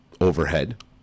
overhead